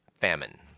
famine